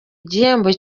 igihembo